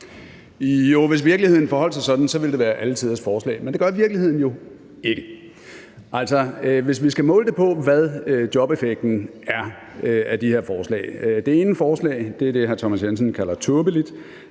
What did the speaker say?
hvis virkeligheden forholdt sig sådan, ville det være alle tiders forslag, men det gør virkeligheden jo ikke, altså hvis vi skal måle det på, hvad jobeffekten er af de her forslag. Det ene forslag er det, som hr. Thomas Jensen kalder tåbeligt